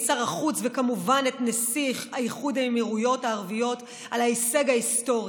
את שר החוץ וכמובן את נסיך האיחוד האמירויות הערביות על ההישג ההיסטורי.